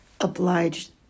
obliged